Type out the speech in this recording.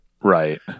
Right